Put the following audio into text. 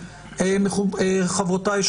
חברותיי,